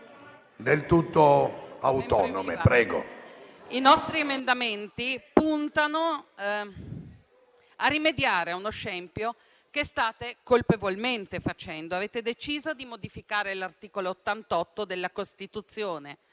Signor Presidente, i nostri emendamenti puntano a rimediare ad uno scempio che state colpevolmente facendo. Avete deciso di modificare l'articolo 88 della Costituzione.